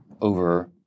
over